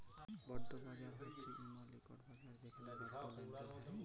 বল্ড বাজার হছে এমল ইকট বাজার যেখালে বল্ড লেলদেল হ্যয়